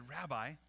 Rabbi